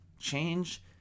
change